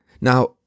Now